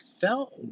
felt